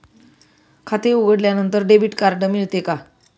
खाते उघडल्यानंतर debit card मिळते का?